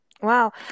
Wow